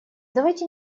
давайте